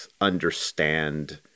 understand